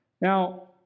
Now